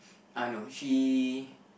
uh no she